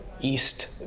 East